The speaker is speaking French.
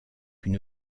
une